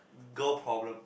girl problem